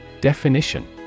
Definition